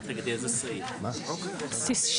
אוקיי, טוב.